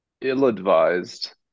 ill-advised